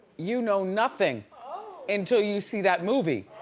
you know nothing until you see that movie